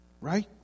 Right